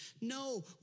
No